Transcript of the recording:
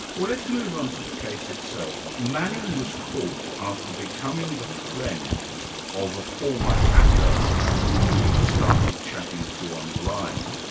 well let's move on to the case itself. manning was caught after becoming the friend of a former hacker whom he'd started chatting to online.